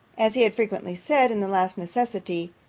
as he had frequently said, in the last necessity.